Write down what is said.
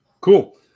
cool